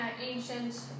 ancient